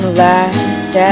last